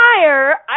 fire